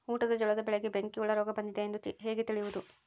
ಊಟದ ಜೋಳದ ಬೆಳೆಗೆ ಬೆಂಕಿ ಹುಳ ರೋಗ ಬಂದಿದೆ ಎಂದು ಹೇಗೆ ತಿಳಿಯುವುದು?